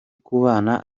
kubana